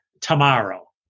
tomorrow